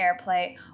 airplay